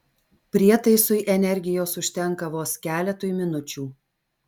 prietaisui energijos užtenka vos keletui minučių